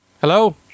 Hello